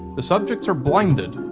the subjects are blinded,